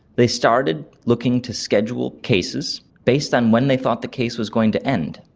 they started looking to schedule cases based on when they thought the case was going to end,